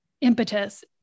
impetus